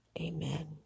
Amen